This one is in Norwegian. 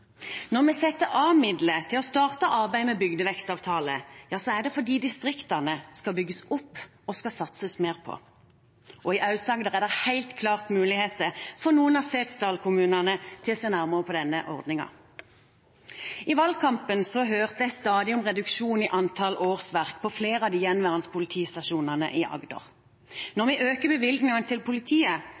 Når vi setter av midler til å starte arbeidet med bygdevekstavtaler, er det fordi distriktene skal bygges opp og satses mer på. I Aust-Agder er det helt klart muligheter for noen av setesdalkommunene til å se nærmere på denne ordningen. I valgkampen hørte jeg stadig om reduksjon i antall årsverk på flere av de gjenværende politistasjonene i Agder. Når vi øker bevilgningene til politiet,